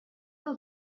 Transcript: del